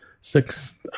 six